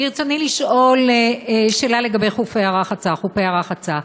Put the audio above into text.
ברצוני לשאול שאלה לגבי חופי הרחצה.